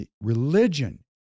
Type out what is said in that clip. religion